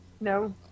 No